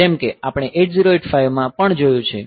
જેમ કે આપણે 8085 માં પણ જોયું છે